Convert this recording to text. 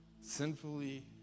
sinfully